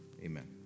Amen